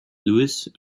louis